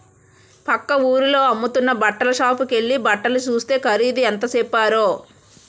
పక్క వూరిలో అమ్ముతున్న బట్టల సాపుకెల్లి బట్టలు సూస్తే ఖరీదు ఎంత సెప్పారో